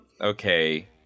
okay